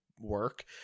work